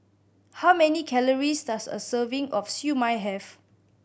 how many calories does a serving of Siew Mai have